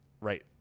right